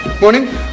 Morning